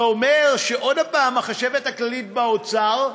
זה אומר שעוד הפעם החשבת הכללית באוצר,